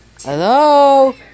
Hello